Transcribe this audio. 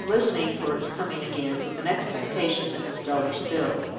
and listening for its coming again with an expectation that was duller still.